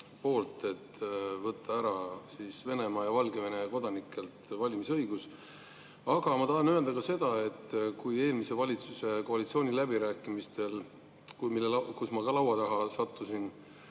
poolt, et võtta Venemaa ja Valgevene kodanikelt valimisõigus ära. Ma tahan öelda ka seda, et eelmise valitsuse koalitsiooniläbirääkimistel, kus ma ka laua taha sattusin,